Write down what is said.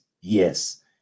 Yes